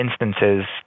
instances